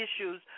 issues